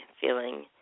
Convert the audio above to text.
feeling